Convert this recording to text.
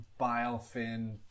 Bilefin